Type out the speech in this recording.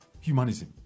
humanism